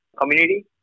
community